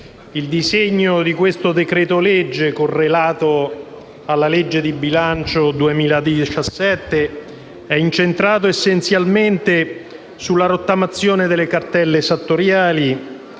il disegno di questo decreto-legge, correlato alla legge di bilancio 2017, è incentrato essenzialmente sulla rottamazione delle cartelle esattoriali,